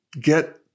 get